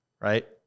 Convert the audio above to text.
Right